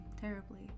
terribly